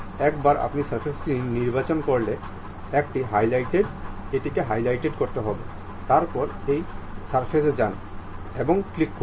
সুতরাং আমরা এটি এক্সপ্লোর করা করেছি বলে এটি পথে ভেঙে পড়বে